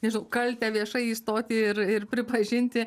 nežinau kaltę viešai įstoti ir ir pripažinti